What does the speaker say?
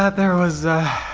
ah there was